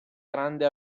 grande